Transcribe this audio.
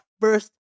first